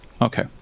Okay